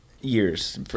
Years